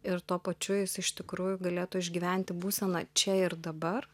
ir tuo pačiu jis iš tikrųjų galėtų išgyventi būseną čia ir dabar